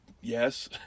yes